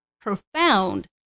profound